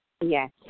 Yes